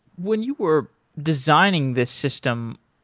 when you were designing the system,